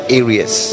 areas